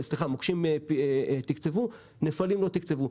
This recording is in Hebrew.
סליחה, מוקשים תקצבו, נפלים לא תקצבו.